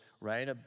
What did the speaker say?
right